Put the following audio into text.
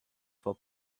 for